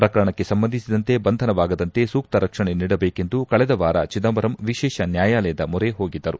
ಪ್ರಕರಣಕ್ಕೆ ಸಂಬಂಧಿಸಿದಂತೆ ಬಂಧನವಾಗದಂತೆ ಸೂಕ್ತ ರಕ್ಷಣೆ ನೀಡಬೇಕೆಂದು ಕಳೆದ ವಾರ ಚಿದಂಬರಂ ವಿಶೇಷ ನ್ಲಾಯಾಲಯ ಮೊರೆ ಹೋಗಿದ್ದರು